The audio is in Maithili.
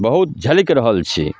बहुत झलकि रहल छै